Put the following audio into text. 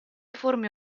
forme